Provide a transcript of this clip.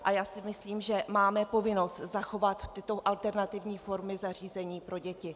A já si myslím, že máme povinnost zachovat tyto alternativní formy zařízení pro děti.